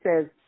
says